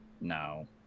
No